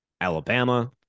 Alabama